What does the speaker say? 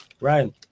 Ryan